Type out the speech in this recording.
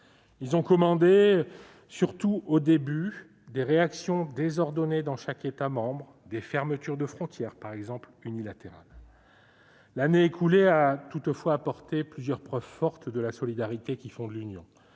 Ils ont commandé, surtout au début, des réactions désordonnées dans chaque État membre, par exemple des fermetures de frontières unilatérales. L'année écoulée a toutefois apporté plusieurs preuves fortes de la solidarité qui fonde l'Union.